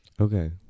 Okay